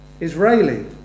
Israeli